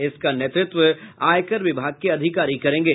इसका नेतृत्व आयकर विभाग के अधिकारी करेंगे